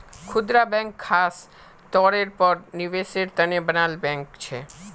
खुदरा बैंक ख़ास तौरेर पर निवेसेर तने बनाल बैंक छे